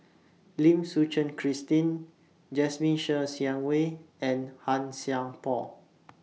Lim Suchen Christine Jasmine Ser Xiang Wei and Han Sai Por